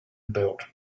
built